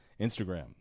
Instagram